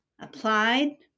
applied